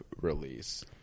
release